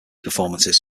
performances